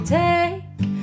take